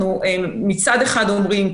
שמצד אחד אנחנו אומרים,